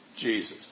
Jesus